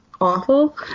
awful